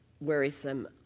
worrisome